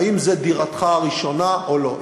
האם זו דירתך הראשונה או לא.